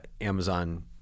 amazon